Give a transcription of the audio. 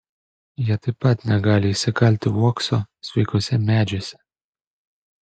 jie taip pat negali išsikalti uokso sveikuose medžiuose